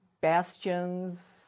bastions